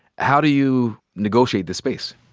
how do you negotiate the space?